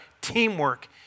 teamwork